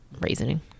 reasoning